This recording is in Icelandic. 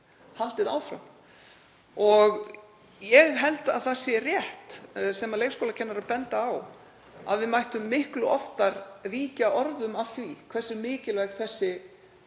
haldið áfram. Ég held að það sé rétt sem leikskólakennarar benda á að við mættum miklu oftar víkja orðum að því hversu mikilvæg þessi